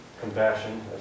Compassion